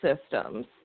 systems